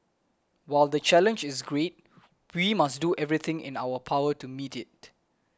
while the challenge is great we must do everything in our power to meet it